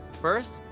First